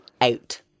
out